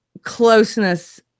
closeness